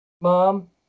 Mom